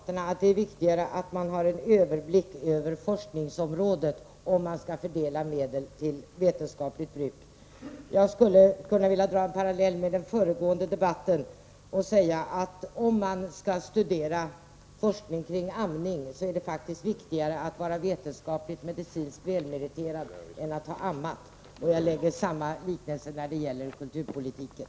Herr talman! Inom moderata samlingspartiet tycker vi att det är viktigare att man har en överblick över forskningsområdet, om man skall fördela medel till vetenskapligt bruk. Jag skulle kunna dra en parallell till den föregående debatten och säga att om man skall bedriva forskning kring amning är det faktiskt viktigare att vara vetenskapligt medicinskt välmeriterad än att ha ammat. Jag kan använda samma liknelse när det gäller kulturpolitiken.